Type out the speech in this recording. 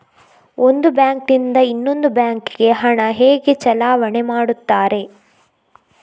ಒಂದು ಬ್ಯಾಂಕ್ ನಿಂದ ಇನ್ನೊಂದು ಬ್ಯಾಂಕ್ ಗೆ ಹಣ ಹೇಗೆ ಚಲಾವಣೆ ಮಾಡುತ್ತಾರೆ?